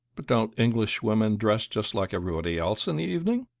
but don't englishwomen dress just like everybody else in the evening?